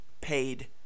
paid